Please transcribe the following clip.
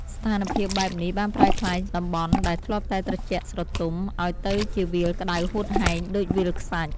ស្ថានភាពបែបនេះបានប្រែក្លាយតំបន់ដែលធ្លាប់តែត្រជាក់ស្រទុំ ឱ្យទៅជាវាលក្ដៅហួតហែងដូចវាលខ្សាច់។